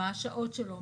מה השעות שלו,